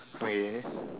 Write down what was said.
okay